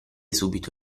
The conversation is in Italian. subito